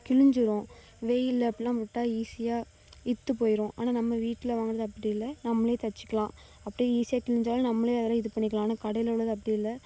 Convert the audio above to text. கிழிஞ்சிரும் வெயிலில் அப்படிலாம் போட்டால் ஈஸியாக இத்து போயிடும் ஆனால் நம்ம வீட்டில் வாங்கினது அப்படி இல்லை நம்மளே தச்சுக்கலாம் அப்படியே ஈஸியாக கிழிஞ்சாலும் நம்மளே அதெல்லாம் இது பண்ணிக்கலாம் ஆனால் கடையில் உள்ளது அப்படி இல்லை